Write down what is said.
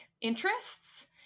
interests